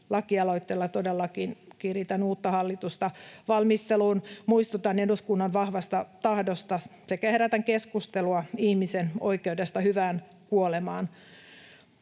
lakialoitteella todellakin kiritän uutta hallitusta valmisteluun. Muistutan eduskunnan vahvasta tahdosta sekä herätän keskustelua ihmisen oikeudesta hyvään kuolemaan.